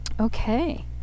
okay